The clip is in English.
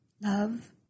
Love